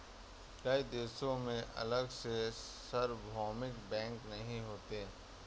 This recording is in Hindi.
कई देशों में अलग से सार्वभौमिक बैंक नहीं होते